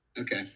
Okay